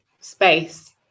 space